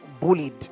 bullied